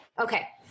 Okay